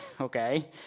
okay